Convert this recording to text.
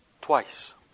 twice